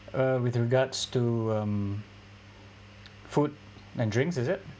uh with regards to um food and drinks is it